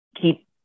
keep